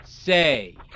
Say